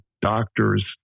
doctors